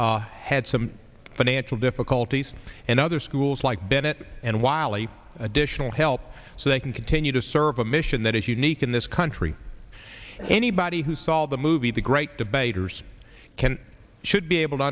has had some financial difficulties and other schools like bennett and wiley additional help so they can continue to serve a mission that is unique in this country anybody who saw the movie the great debaters can should be able to